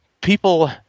people